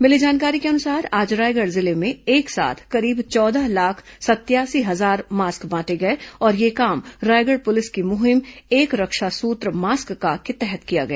मिली जानकारी के अनुसार आज रायगढ़ जिले में एक साथ करीब चौदह लाख सतयासी हजार मास्क बांटे गए और यह काम रायगढ़ पुलिस की मुहिम एक रक्षासूत्र मास्क का के तहत किया गया